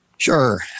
Sure